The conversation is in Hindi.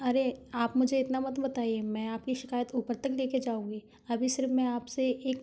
अरे आप मुझे इतना मत बताइए मैं आपकी शिकायत ऊपर तक ले के जाउँगी अभी सिर्फ मैं आपसे एक